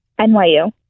NYU